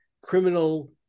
criminal